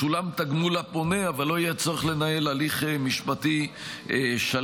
ישולם תגמול לפונה אבל לא יהיה צריך לנהל הליך משפטי שלם.